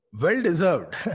Well-deserved